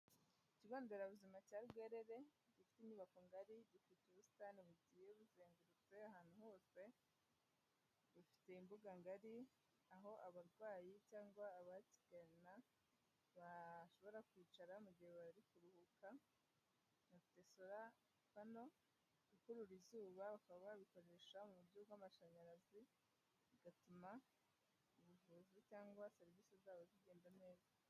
Ikigo nderabuzima cya garerefite inyubako ngari ifite ubusitani butizengurutuye, ahantu hose rufite imbuga ngari aho abarwayi cyangwa abateganarana bashobora kwicara mu gihe bari kuruhuka, natesolafano ikurura izuba bakaba babikoresha mu buryo bw'amashanyarazi bigatuma ubuvuzi cyangwa serivisi zabo zigenda neza.